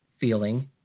feeling